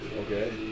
Okay